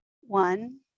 One